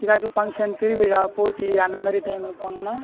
ஏதாச்சு ஃபங்க்ஷன் திருவிழா போட்டி அந்தமாதிரி டயமில் போனோம்னா